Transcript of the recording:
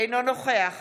אינו נוכח